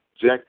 Jack